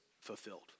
fulfilled